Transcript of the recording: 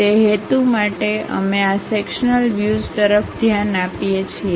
તે હેતુ માટે અમે આ સેક્શન્લ વ્યૂઝ તરફ ધ્યાન આપીએ છીએ